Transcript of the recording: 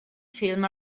film